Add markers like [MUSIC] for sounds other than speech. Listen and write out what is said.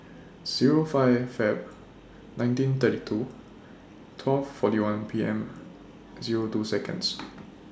Zero five Feb nineteen thirty two twelve forty one P M Zero two Seconds [NOISE]